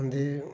ते